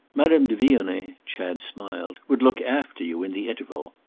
madame de vionnet, chad smiled, would look after you in the interval.